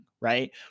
right